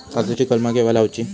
काजुची कलमा केव्हा लावची?